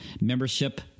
membership